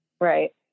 Right